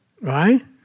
Right